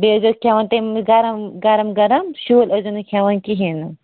بیٚیہِ ٲسۍ زیو کھٮ۪وان تمہِ دۄہ گرم گرم شُہل ٲسۍ زیو نہٕ کھٮ۪وان کِہیٖنۍ نہٕ